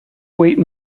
weight